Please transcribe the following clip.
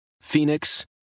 Phoenix